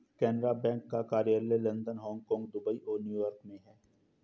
Canara bank का कार्यालय London Hong Kong Dubai और न्यू यॉर्क में है